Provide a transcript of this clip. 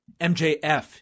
MJF